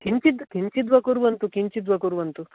किञ्चित् किञ्चिद्वा कुर्वन्तु किञ्चिद्वा कुर्वन्तु